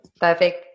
Perfect